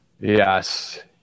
Yes